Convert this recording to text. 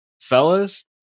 Fellas